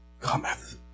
cometh